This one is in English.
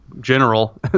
general